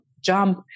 jump